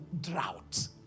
drought